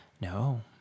no